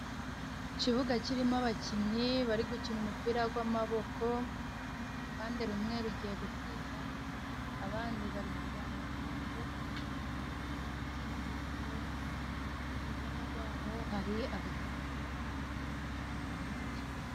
Ikibuga kirimo abakinnyi bari gukina umupira gw'amaboko. Uruhande rumwe rugiye gutsinda, abandi bari kurwanya kugira ngo batabatsinda igitego. Iruhande rwabo hari abafana bari gufana abari gukina.